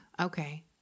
okay